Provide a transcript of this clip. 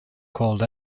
called